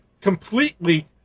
completely